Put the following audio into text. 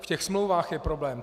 V těch smlouvách je problém.